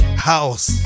House